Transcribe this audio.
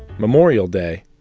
memorial day,